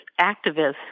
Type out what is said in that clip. activists